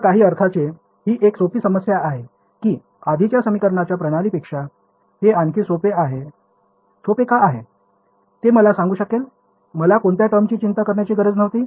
तर काही अर्थाने ही एक सोपी समस्या आहे की आधीच्या समीकरणांच्या प्रणालीपेक्षा हे आणखी सोपे का आहे ते मला सांगू शकेल मला कोणत्या टर्मची चिंता करण्याची गरज नव्हती